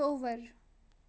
ہیوَر